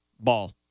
Ball